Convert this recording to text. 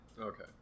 Okay